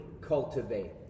cultivate